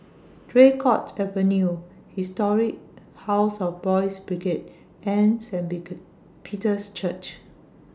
Draycott Avenue Historic House of Boys' Brigade and Saint Peter's Church